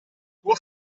tuo